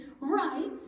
right